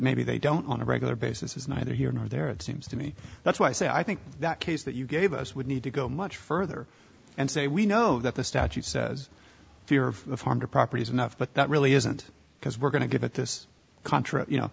maybe they don't on a regular basis is neither here nor there it seems to me that's why i say i think that case that you gave us would need to go much further and say we know that the statute says fear of harm to properties enough but that really isn't because we're going to get at this contra you know